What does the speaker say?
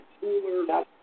cooler